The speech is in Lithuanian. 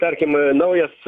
tarkim naujas